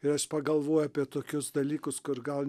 ir aš pagalvoju apie tokius dalykus kur gal